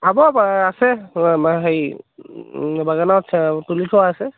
হ'ব আছে হেৰি বাগানত তুলি থোৱা আছে